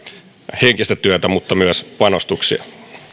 henkistä työtä mutta myös panostuksia